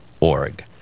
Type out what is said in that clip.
org